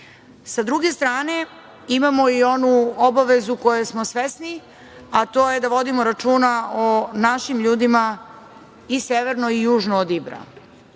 druge strane, imamo i onu obavezu koje smo svesni, a to je da vodimo računa o našim ljudima i severno i južno od Ibra.